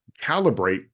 calibrate